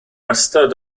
wastad